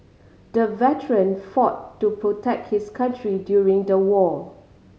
the veteran fought to protect his country during the war